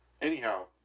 Anyhow